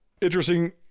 interesting